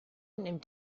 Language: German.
nimmt